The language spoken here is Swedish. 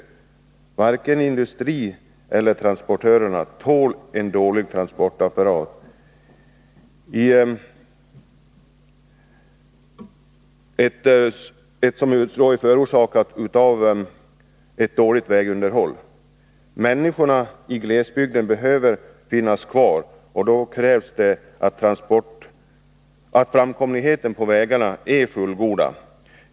Varken industri eller transportörer tål en dålig transportapparat, förorsakad av eftersatt vägunderhåll. Människorna i glesbygden behöver finnas kvar, och då krävs det att framkomligheten på vägarna är fullgod.